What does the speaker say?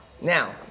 Now